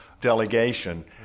delegation